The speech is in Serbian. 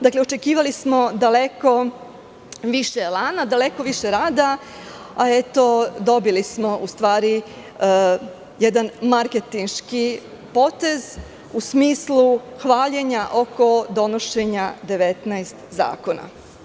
Dakle, očekivali smo daleko više elana, daleko više rada, a eto dobili smo u stvari jedan marketinški potez u smislu hvaljenja oko donošenja 19 zakona.